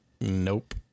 Nope